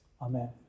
Amen